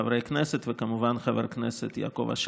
חברי הכנסת וכמובן חבר הכנסת יעקב אשר,